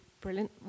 brilliant